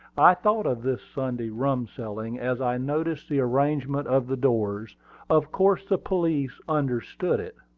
i thought of this sunday rum-selling as i noticed the arrangement of the doors of course the police understood it.